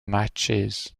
matches